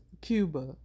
cuba